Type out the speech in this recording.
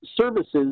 services